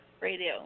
Radio